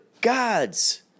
gods